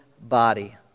body